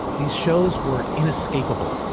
these shows were inescapable.